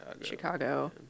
Chicago